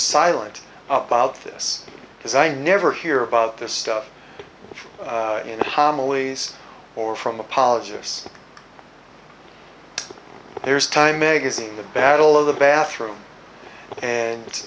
silent about this because i never hear about this stuff in the homily or from apologise there's time magazine the battle of the bathroom and